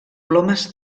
plomes